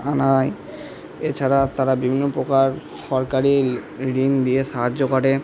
আনায় এছাড়া তারা বিভিন্ন প্রকার সরকারি ঋণ দিয়ে সাহায্য করে